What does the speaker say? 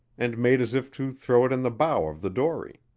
and made as if to throw it in the bow of the dory.